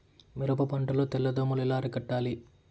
మిరప పంట లో తెల్ల దోమలు ఎలా అరికట్టాలి?